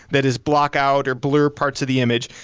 that is block out or blur parts of the image,